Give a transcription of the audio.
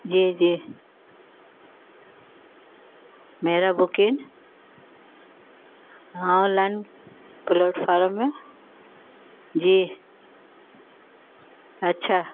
جی جی میرا بکنگ ہاں آن لائن پلیٹفارم ہے جی اچھا